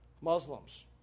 Muslims